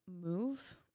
move